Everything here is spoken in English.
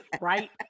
Right